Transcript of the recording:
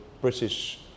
British